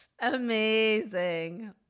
Amazing